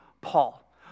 Paul